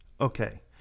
Okay